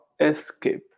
escape